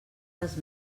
les